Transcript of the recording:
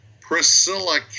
Priscilla